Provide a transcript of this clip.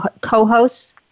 co-hosts